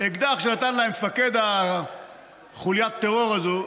באקדח שנתן להם מפקד חוליית הטרור הזאת,